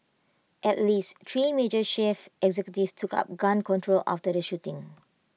at least three major chief executives took up gun control after the shooting